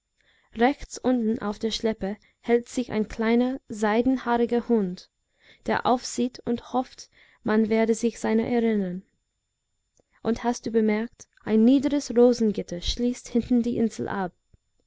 rechts unten auf der schleppe hält sich ein kleiner seidenhaariger hund der aufsieht und hofft man werde sich seiner erinnern und hast du bemerkt ein niederes rosengitter schließt hinten die insel ab